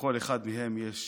לכל אחד מהם יש שם,